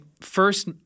First